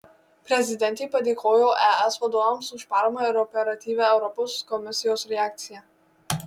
prezidentė padėkojo es vadovams už paramą ir operatyvią europos komisijos reakciją